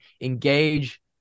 engage